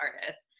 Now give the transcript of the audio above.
Artists